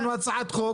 מתי לצאת?